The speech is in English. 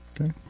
okay